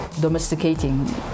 domesticating